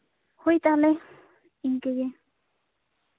ᱦᱳᱭ ᱛᱟᱦᱚᱞᱮ ᱤᱱᱠᱟᱹ ᱜᱮ